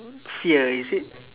fear is it